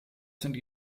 sind